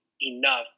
enough